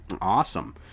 Awesome